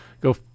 go